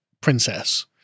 princess